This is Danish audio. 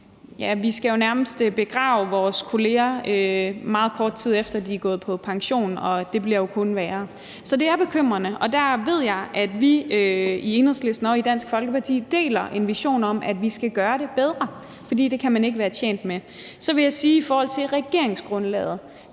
Vi skal jo nærmest begrave vores kolleger, meget kort tid efter at de er gået på pension, og det bliver kun værre. Så det er bekymrende. Og der ved jeg, at vi i Enhedslisten og i Dansk Folkeparti deler en vision om, at vi skal gøre det bedre, for det er ikke noget, man kan være tjent med. Så vil jeg sige i forhold til regeringsgrundlaget,